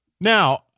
now